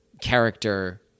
character